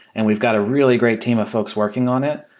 and we've got a really great team of folks working on it.